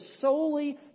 solely